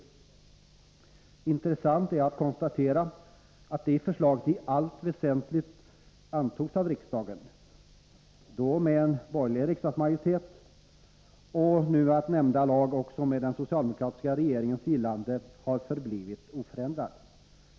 Det är intressant att konstatera att det förslaget i allt väsentligt antogs av riksdagen, då med en borgerlig riksdagsmajoritet, och att nämnda lag nu också med den socialdemokratiska regeringens gillande har förblivit oförändrad.